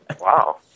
Wow